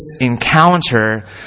encounter